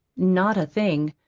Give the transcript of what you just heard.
not a thing,